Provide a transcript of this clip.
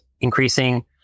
increasing